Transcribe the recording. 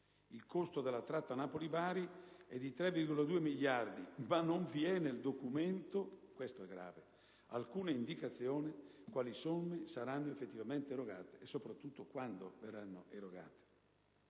Il costo della tratta Napoli-Bari è di 3,2 miliardi, ma non vi è nel documento - questo è grave - alcuna indicazione di quali somme saranno effettivamente erogate e, soprattutto, quando verranno erogate.